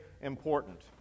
important